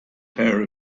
pair